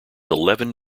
eleven